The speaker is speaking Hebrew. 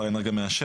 הם עובדים על זה.